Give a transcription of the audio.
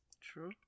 True